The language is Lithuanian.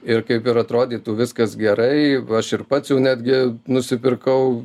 ir kaip ir atrodytų viskas gerai aš ir pats jau netgi nusipirkau